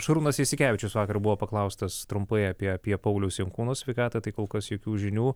šarūnas jasikevičius vakar buvo paklaustas trumpai apie apie pauliaus jankūno sveikatą tai kol kas jokių žinių